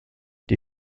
die